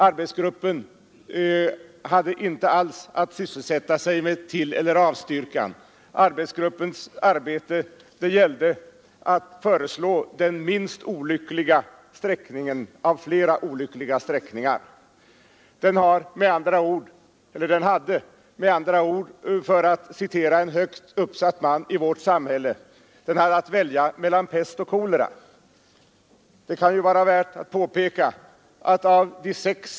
Arbetsgruppen hade inte alls att sysselsätta sig med tilleller avstyrkan. Arbetsgruppens arbete gällde att föreslå den minst olyckliga sträckningen av flera olyckliga sträckningar; den hade med andra ord, för att citera en högt uppsatt man i vårt samhälle, ”att välja mellan pest och kolera”. Det kan ju vara värt att påpeka, att av de sex.